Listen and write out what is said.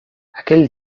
aquell